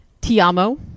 Tiamo